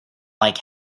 like